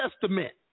testament